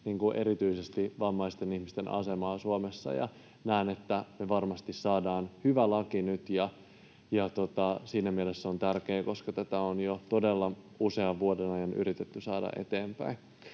erityisesti vammaisten ihmisten asemaa Suomessa. Näen, että me varmasti saadaan hyvä laki nyt, ja se on siinä mielessä tärkeä, koska tätä on jo todella usean vuoden ajan yritetty saada eteenpäin.